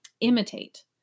Imitate